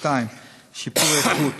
2. שיפור האיכות,